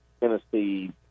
Tennessee